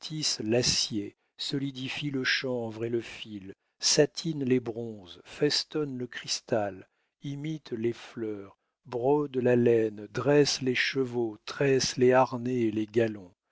solidifie le chanvre et le fil satine les bronzes festonne le cristal imite les fleurs brode la laine dresse les chevaux tresse les harnais et les galons